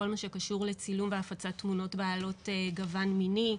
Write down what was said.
כל מה שקשור לצילום והפצת תמונות בעלות גוון מיני,